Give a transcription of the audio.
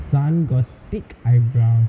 sun got thick eyebrow